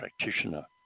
practitioner